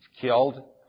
killed